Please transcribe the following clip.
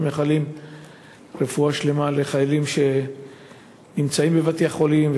אנחנו מאחלים רפואה שלמה לחיילים שנמצאים בבתי-החולים,